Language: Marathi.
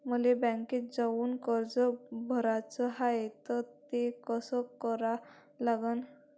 मले बँकेत जाऊन कर्ज भराच हाय त ते कस करा लागन?